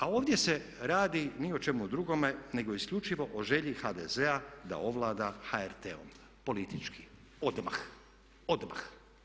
A ovdje se radi ni o čemu drugome nego isključivo o želji HDZ-a da ovlada HRT-om politički odmah, odmah.